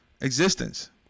existence